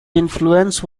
influence